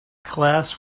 class